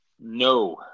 No